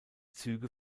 züge